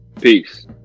peace